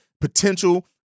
potential